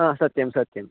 हा सत्यं सत्यं